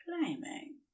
claiming